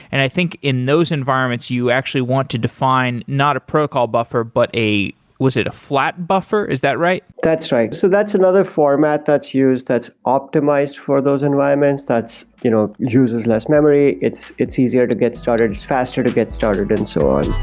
and i think in those environments, you actually want to define not a protocol buffer, but was it a flat buffer? is that right? that's right. so that's another format that's used that's optimized for those environments that you know uses less memory. it's it's easier to get started. it's faster to get started and so on.